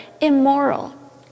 immoral